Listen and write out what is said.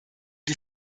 die